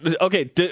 Okay